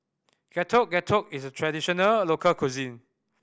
Getuk Getuk is a traditional local cuisine